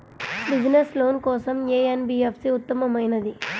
Business loan కోసం ఏ NBFC ఉత్తమమైనది?